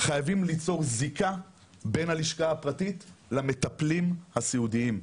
חייבים ליצור זיקה בין הלשכה הפרטית למטפלים הסיעודיים.